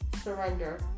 surrender